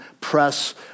press